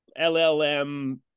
LLM